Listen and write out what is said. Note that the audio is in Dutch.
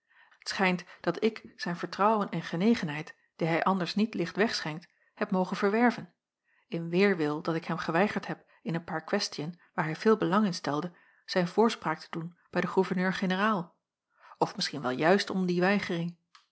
t schijnt dat ik zijn vertrouwen en genegenheid die hij anders niet licht wegschenkt heb mogen verwerven in weêrwil dat ik hem geweigerd heb in een paar questiën waar hij veel belang in stelde zijn voorspraak te zijn bij den gouv gen of misschien wel juist om die weigering